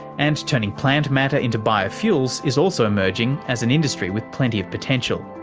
and turning plant matter into biofuels is also emerging as an industry with plenty of potential.